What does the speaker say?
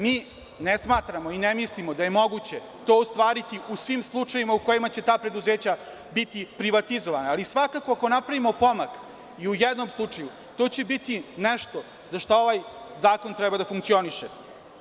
Mi ne smatramo i ne mislimo da je moguće to ostvariti u svim slučajevima u kojima će ta preduzeća biti privatizovana, ali svakako ako napravimo pomak ili jednom slučaju, to će biti nešto za šta ovaj zakon treba da funkcioniše.